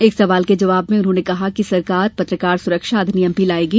एक सवाल के जवाब में उन्होंने कहा कि सरकार पत्रकार सुरक्षा अधिनियम भी लायेगी